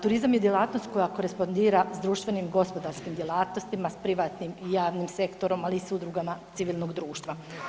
Turizam je djelatnost koja korespondira s društvenim i gospodarskim djelatnostima, s privatnim i javnim sektorom, ali i s udrugama civilnog društva.